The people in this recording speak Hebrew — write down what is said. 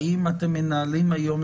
האם אתם מנהלים היום,